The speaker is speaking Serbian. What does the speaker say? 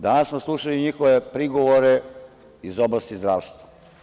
Danas smo slušali njihove prigovore iz oblasti zdravstva.